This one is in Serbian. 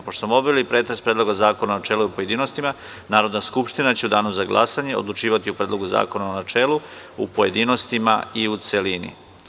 Pošto smo obavili pretres Predloga zakona u načelu i u pojedinostima, Narodna skupština će u Danu za glasanje odlučivati o Predlogu zakona u načelu, pojedinostima i u celini.